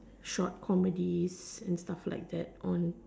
short comedies and stuff like that on